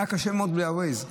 והיה קשה מאוד בלי ה-Waze.